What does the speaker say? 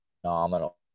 phenomenal